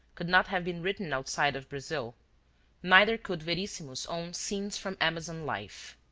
could not have been written outside of brazil neither could verissimo's own scenes from amazon life.